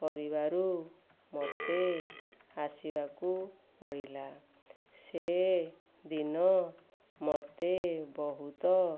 କରିବାରୁ ମୋତେ ଆସିବାକୁ ପଡ଼ିଲା ସେ ଦିନ ମୋତେ ବହୁତ